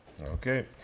Okay